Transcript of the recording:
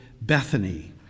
Bethany